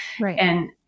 Right